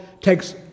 takes